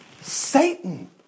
Satan